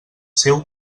seu